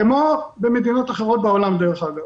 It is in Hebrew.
כמו במדינות אחרות בעולם דרך אגב,